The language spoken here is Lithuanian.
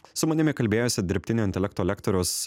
su manimi kalbėjosi dirbtinio intelekto lektorius